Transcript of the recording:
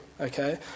Okay